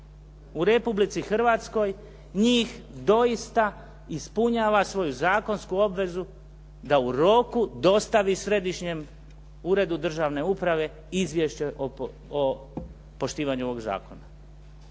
u Republici Hrvatskoj njih doista ispunjava svoju zakonsku obvezu da u roku dostavi Središnjem uredu državne uprave izvješće o poštivanju ovog zakona,